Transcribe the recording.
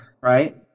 right